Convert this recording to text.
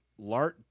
Lart